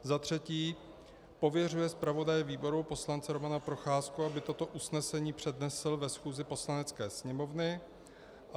III. pověřuje zpravodaje výboru poslance Romana Procházku, aby toto usnesení přednesl ve schůzi Poslanecké sněmovny a